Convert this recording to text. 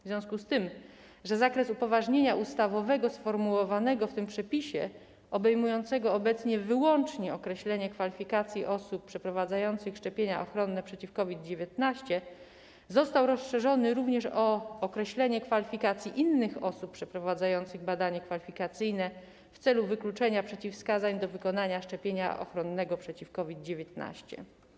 W związku z tym zakres upoważnienia ustawowego sformułowanego w tym przepisie, obejmującego obecnie wyłącznie określenie kwalifikacji osób przeprowadzających szczepienia ochronne przeciw COVID-19, został rozszerzony również o określenie kwalifikacji innych osób przeprowadzających badanie kwalifikacyjne w celu wykluczenia przeciwwskazań do wykonania szczepienia ochronnego przeciw COVID-19.